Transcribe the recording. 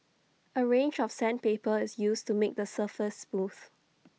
A range of sandpaper is used to make the surface smooth